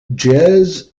jazz